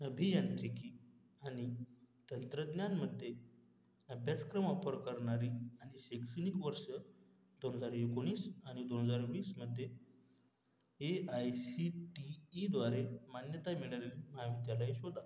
अभियांत्रिकी आणि तंत्रज्ञानमध्ये अभ्यासक्रम ऑफर करणारी आणि शैक्षणिक वर्ष दोन हजार एकोणीस आणि दोन हजार वीसमध्ये ए आय सी टी ईद्वारे मान्यता मिळालेली महाविद्यालये शोधा